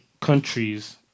countries